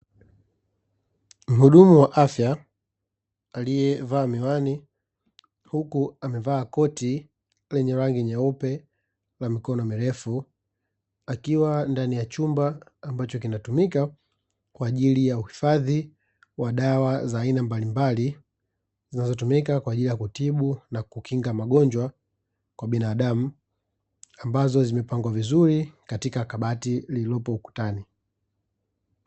Mhudumu wa afya aliyevaa miwani, huku amevaa koti lenye rangi nyeupe la mikono mirefu, akiwa ndani ya chumba ambacho kinatumika kwa ajili ya uhifadhi wa dawa za aina mbalimbali, zinazotumika kwa ajili ya kutibu na kukinga magonjwa kwa binadamu, ambazo zimepangwa vizuri katika kabati lililopo ukutani.